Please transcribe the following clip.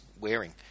wearing